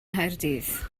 nghaerdydd